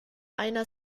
einer